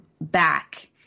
back